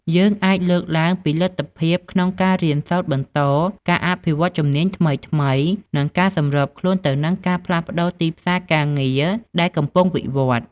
យើងអាចលើកឡើងពីលទ្ធភាពក្នុងការរៀនសូត្របន្ត ការអភិវឌ្ឍន៍ជំនាញថ្មីៗ និងការសម្របខ្លួនទៅនឹងការផ្លាស់ប្តូរទីផ្សារការងារដែលកំពុងវិវត្តន៍។